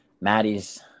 Maddie's